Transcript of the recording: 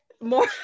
More